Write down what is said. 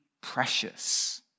precious